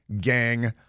gang